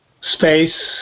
Space